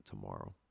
tomorrow